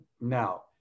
Now